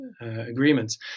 agreements